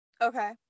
Okay